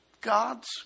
God's